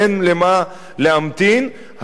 ואין למה להמתין,